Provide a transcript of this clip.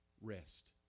rest